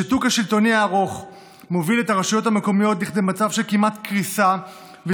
השיתוק השלטוני הארוך מוביל את הרשויות המקומיות למצב של קריסה כמעט